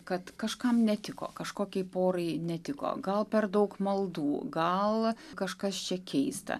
kad kažkam netiko kažkokiai porai netiko gal per daug maldų gal kažkas čia keista